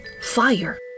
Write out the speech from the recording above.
fire